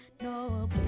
no